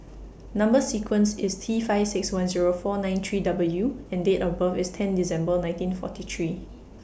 Number sequence IS T five six one Zero four nine three W and Date of birth IS ten December nineteen forty three